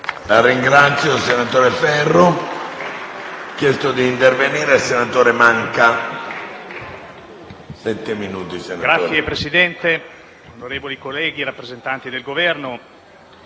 Signor Presidente, onorevoli colleghi, rappresentanti del Governo,